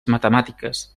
matemàtiques